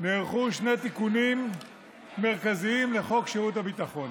נערכו שני תיקונים מרכזיים לחוק שירות הביטחון